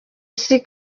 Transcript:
isi